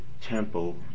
temple